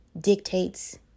dictates